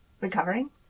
recovering